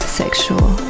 sexual